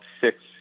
six